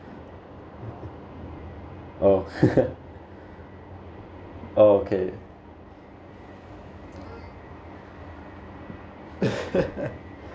oh oh okay